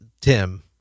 Tim